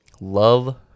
love